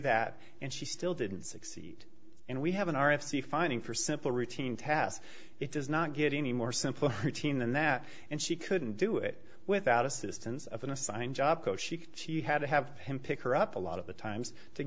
that and she still didn't succeed and we have an r f c finding for simple routine tasks it does not get any more simple routine than that and she couldn't do it without assistance of an assigned job coach he she had to have him pick her up a lot of the times to